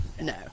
No